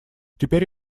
теперь